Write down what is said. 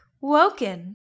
woken